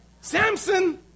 Samson